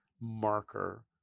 marker